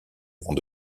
avant